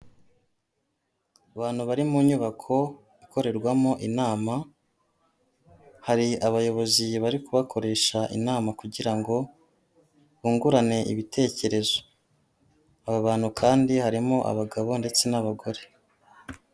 Abantu bari mu nyubako ikorerwamo inama, hari abayobozi bari kubakoresha inama kugira ngo bungurane ibitekerezo, aba bantu kandi harimo abagabo ndetse n'abagore.